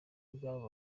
rw’aba